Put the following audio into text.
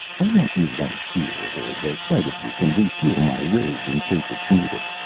i want you right here, where the sight of you can refuel my rage in case it's needed.